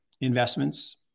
investments